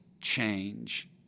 change